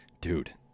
dude